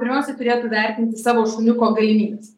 pirmiausia turėtų vertinti savo šuniuko galimybes